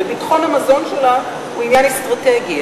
וביטחון המזון שלה הוא עניין אסטרטגי.